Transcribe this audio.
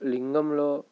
లింగంలో